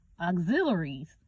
auxiliaries